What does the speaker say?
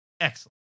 Excellent